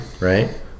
right